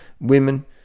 Women